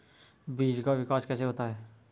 बीज का विकास कैसे होता है?